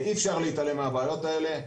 ואי אפשר להתעלם מהבעיות האלה.